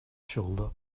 shoulder